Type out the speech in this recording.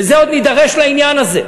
ועוד נידרש לעניין הזה.